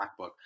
MacBook